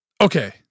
Okay